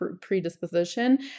predisposition